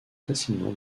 facilement